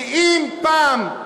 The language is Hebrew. כי אם פעם,